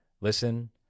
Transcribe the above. Listen